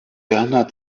berner